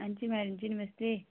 हां जी मैडम जी नमस्ते